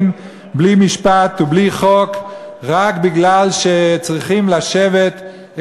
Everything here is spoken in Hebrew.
בלי משפט ובלי חוק רק כי צריכים לשבת,